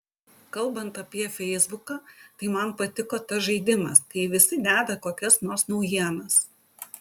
kalbant apie feisbuką tai man patiko tas žaidimas kai visi deda kokias nors naujienas